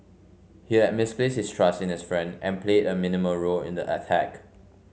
he had misplaced his trust in his friend and played a minimal role in the attack